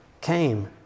came